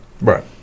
Right